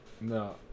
No